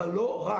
אבל לא רק.